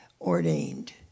ordained